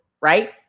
right